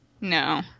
No